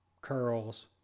curls